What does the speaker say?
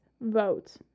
vote